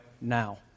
now